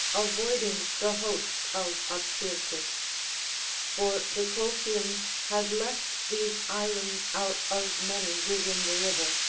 avoiding the host of apsyrtus for the colchians had left these islands out of many within the river,